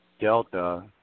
Delta